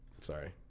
Sorry